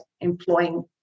employing